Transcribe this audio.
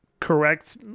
correct